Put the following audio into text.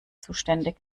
zuständig